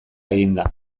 eginda